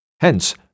Hence